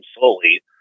solely